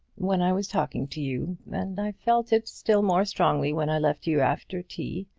when i was talking to you and i felt it still more strongly when i left you after tea.